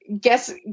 Guess